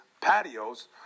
patios